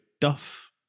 Duff